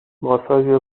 ماساژ